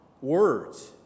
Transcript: words